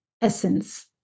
essence